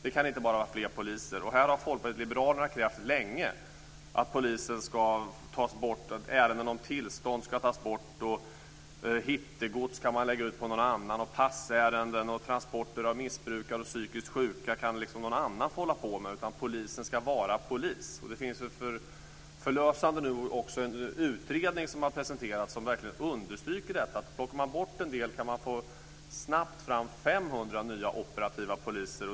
Vi kan inte bara ha fler poliser. Här har Folkpartiet länge krävt att ärenden om tillstånd ska tas bort från polisen. Hittegods kan man lägga ut på någon annan, passärenden och transporter av missbrukare och psykiskt sjuka kan någon annan få hålla på med. Polisen ska vara polis. Förlösande nog har också en utredning presenterats som verkligen understryker detta. Plockar man bort en del uppgifter kan man snabbt få fram 500 nya operativa poliser.